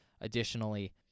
Additionally